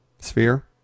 sphere